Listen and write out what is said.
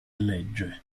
legge